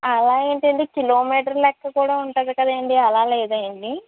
అలా ఏంటండీ కిలోమీటర్ లెక్క కూడా ఉంటుంది కదండీ అలా లేదా ఏమి